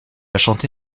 chanté